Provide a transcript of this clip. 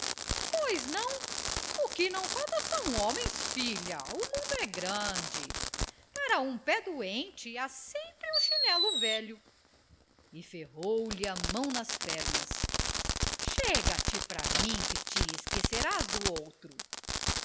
pois não o que não falta são homens filha o mundo é grande para um pé doente há sempre um chinelo velho e ferrou lhe a mão nas pernas chega-te para mim que te esqueceras do outro